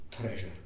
treasure